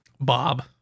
Bob